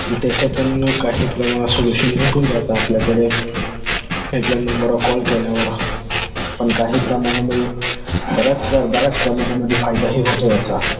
त्याचं पण काही प्रमाणात सोल्युशन भेटून जातं आपल्याकडे हेल्पलाईन नंबरवर कॉल केल्यावर पण काही प्रमाणामध्ये बऱ्याच पर बऱ्याच प्रमाणामध्ये फायदाही होतो याचा